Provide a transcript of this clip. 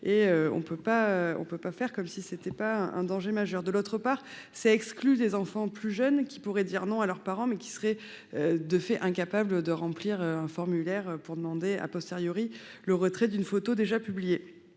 et on ne peut pas faire comme si ce n'était pas un danger majeur. D'autre part, cela exclut des enfants plus jeunes qui pourraient dire non à leurs parents, mais qui seraient, de fait, incapables de remplir un formulaire pour demander le retrait d'une photo déjà publiée.